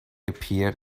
appeared